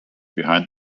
behind